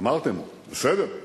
אמרתם: בסדר,